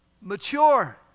mature